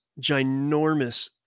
ginormous